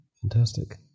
fantastic